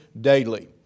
daily